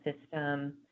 system